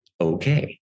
okay